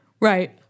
right